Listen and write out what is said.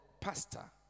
pastor